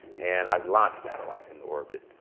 and i launched satellites into orbit.